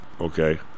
okay